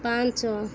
ପାଞ୍ଚ